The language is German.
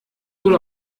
oder